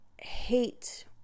hate